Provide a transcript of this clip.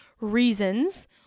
reasons